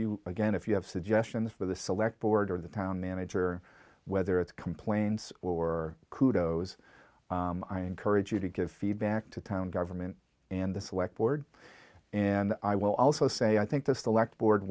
you again if you have suggestions for the select board or the town manager whether it's complaints or kudo's i encourage you to give feedback to town government and the select board and i will also say i think the select board